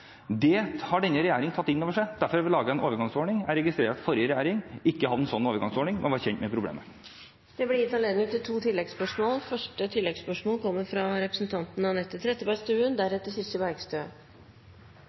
det skattemessige. Det har denne regjeringen tatt inn over seg. Derfor har vi laget en overgangsordning. Jeg registrerer at forrige regjering ikke hadde en sånn overgangsordning, men var kjent med problemet. Det blir gitt anledning til